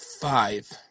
five